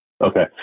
Okay